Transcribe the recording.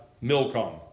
Milcom